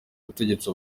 ubutegetsi